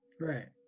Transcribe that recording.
right